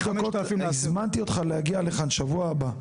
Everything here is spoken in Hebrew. היא --- הזמנתי אותך להגיע לכאן בשבוע הבא.